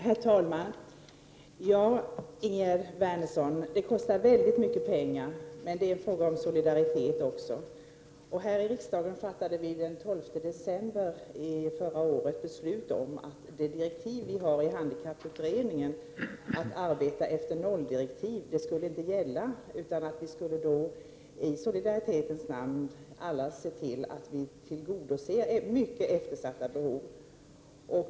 Herr talman! Ja, Ingegerd Wärnersson, det kostar väldigt mycket pengar, men det är en fråga om solidaritet också. Här i riksdagen fattade vi den 12 december förra året beslut om att de direktiv vi fått i handikapputredningen, att arbeta efter nolldirektiv, inte skulle gälla, utan vi skulle i solidaritetens namn alla se till att tillgodose mycket eftersatta behov.